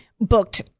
booked